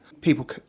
People